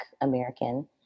American